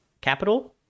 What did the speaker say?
capital